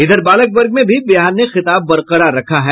इधर बालक वर्ग में भी बिहार ने खिताब बरकरार रखा है